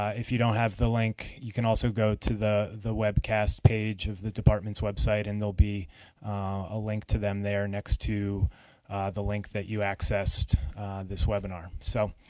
ah if you don't have the link you can also go to the the webcast page of the department's website and there will be a link to them there next to the link that you accessed this webinar. so